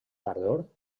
tardor